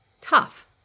tough